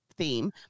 theme